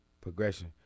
progression